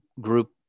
group